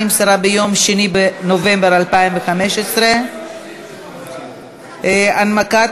ההודעה נמסרה ביום 2 בנובמבר 2015. הנמקת